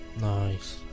Nice